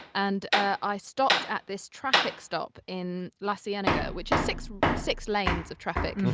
and i stopped at this traffic stop in la so cienega, which is six six lanes of traffic.